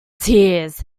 tears